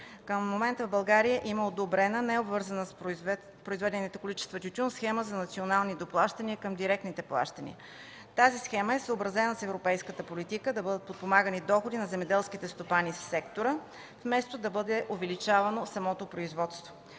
Към момента в България има одобрена, необвързана с произведеното количество тютюн схема за национални доплащания към директните плащания. Тази схема е съобразена с европейската политика да бъдат подпомагани доходите на земеделските стопани в сектора, вместо да бъде увеличавано самото производство.